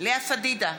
לאה פדידה,